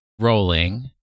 Rolling